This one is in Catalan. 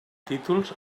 títols